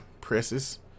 presses